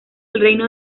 reino